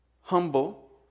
Humble